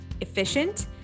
efficient